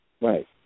Right